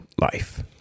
life